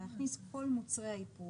אלא להכניס את כל מוצרי האיפור.